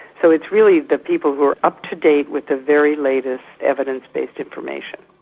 so it's really the people who are up to date with the very latest evidence-based information.